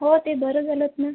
हो ते बरं झालंच ना